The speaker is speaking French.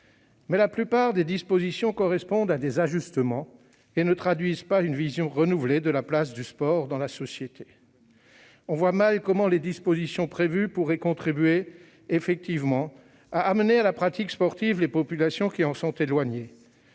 la plupart des dispositions correspondent à des ajustements et ne traduisent pas une vision renouvelée de la place du sport dans la société : on voit mal comment les dispositions prévues pourraient contribuer de manière effective à amener à la pratique sportive les populations qui en sont éloignées.